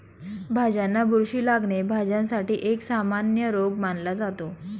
भाज्यांना बुरशी लागणे, भाज्यांसाठी एक सामान्य रोग मानला जातो